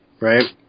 right